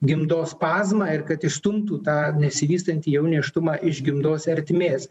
gimdos spazmą ir kad išstumtų tą nesivystantį jau nėštumą iš gimdos ertmės